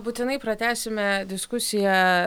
būtinai pratęsime diskusiją